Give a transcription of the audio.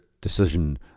decision